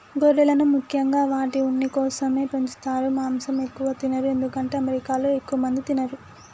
గొర్రెలను ముఖ్యంగా వాటి ఉన్ని కోసమే పెంచుతారు మాంసం ఎక్కువ తినరు ఎందుకంటే అమెరికాలో ఎక్కువ మంది తినరు